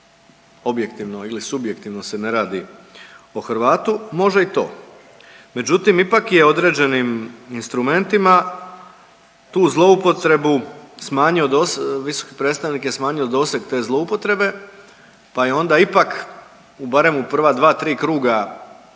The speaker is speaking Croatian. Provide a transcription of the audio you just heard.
objektivno ili subjektivno se ne radi o Hrvatu, može i to. Međutim ipak je određenim instrumentima tu zloupotrebu smanjio, visoki predstavnik je smanjio doseg te zloupotrebe, pa je onda ipak u barem u prva dva tri kruga